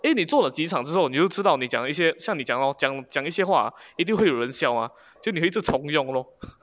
因为你做了几场之后你就知道你讲一些像你讲的 lor 你讲一些话一定会有人笑吗就你会一直从用 lor